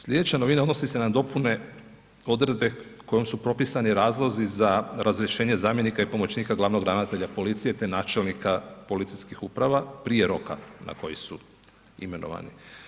Sljedeća novina odnosi se na dopune odredbe kojom su propisani razlozi za razrješenje zamjenika i pomoćnika glavnog ravnatelja policije te načelnika policijskih uprava prije roka na koji su imenovani.